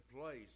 place